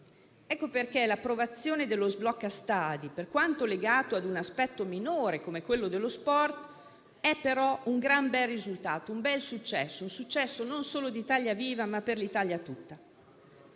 Ecco perché l'approvazione dell'emendamento sblocca-stadi, per quanto legato a un aspetto minore come quello dello sport, è un gran bel risultato e successo, e non solo d'Italia Viva, ma dell'Italia tutta.